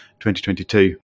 2022